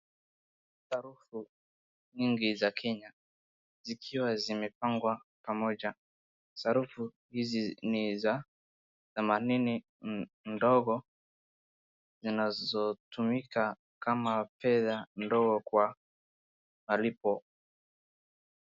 Sarufu mingi za kenya zikiwa zimepangwa pamoja. Sarufu hizi ni za thamanini ndogo zinazotumika kama fedhaa ndogo kwa malipo.